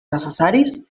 necessaris